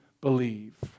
believe